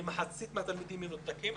שכמחצית מהתלמידים מנותקים.